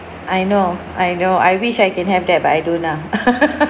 I know I know I wish I can have that but I don't lah